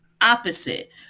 opposite